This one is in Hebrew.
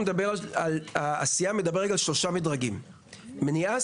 כשהעשייה מדברת על שלושה מדרגים- מניעה,